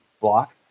block